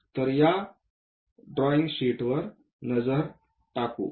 तर या ड्रॉईंग शीटवर नजर टाकू